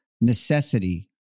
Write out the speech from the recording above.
necessity